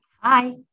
Hi